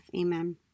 Amen